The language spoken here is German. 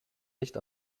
nicht